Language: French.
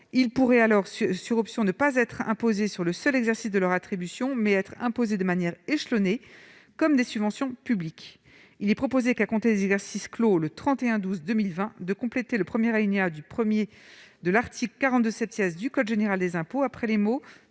CEE pourraient alors, sur option, ne pas être imposés sur le seul exercice de leur attribution, mais être imposés de manière échelonnée comme les subventions publiques. Il est proposé, à compter des exercices clos le 31 décembre 2020, de compléter le premier alinéa du 1 de l'article 42 du code général des impôts en insérant, après les mots «